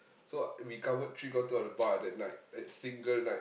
so we covered three quarter of the bar at that night that single night